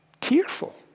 tearful